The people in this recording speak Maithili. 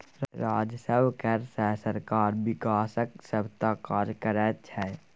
राजस्व कर सँ सरकार बिकासक सभटा काज करैत छै